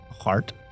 heart